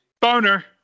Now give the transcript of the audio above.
Boner